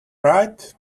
right